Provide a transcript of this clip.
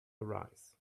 arise